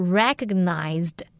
recognized